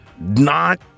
not-